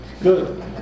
Good